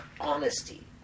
honesty